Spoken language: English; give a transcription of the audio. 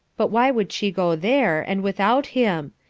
but why would she go there, and without him?